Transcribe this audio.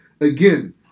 Again